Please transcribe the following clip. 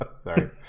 Sorry